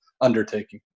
undertaking